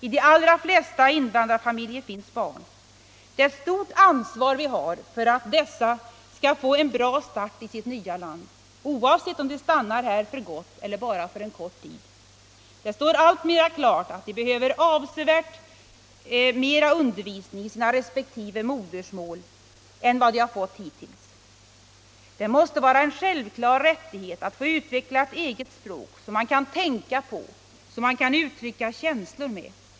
I de allra flesta invandrarfamiljer finns barn. Det är ett stort ansvar vi har för att dessa skall få en bra start i sitt nya land, oavsett om de stannar här för gott eller bara för en kort tid. Det står alltmer klart att de behöver avsevärt mera undervisning i sina resp. modersmål än vad de fått hittills. Det måste vara en självklar rättighet att få utveckla ett eget språk som man kan tänka på, som man kan uttrycka känslor med.